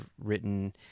written